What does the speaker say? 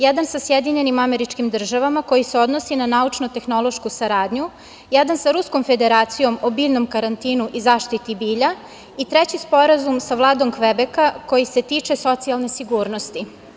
Jedan sa SAD, koji se odnosi na naučno-tehnološku saradnju, jedan sa Ruskom Federacijom o biljnom karantinu i zaštiti bilja i treći Sporazum sa Vladom Kvebeka koji se tiče socijalne sigurnosti.